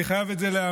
אני חייב את זה לאמיר,